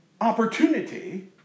opportunity